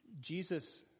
Jesus